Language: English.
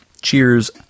Cheers